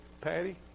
Patty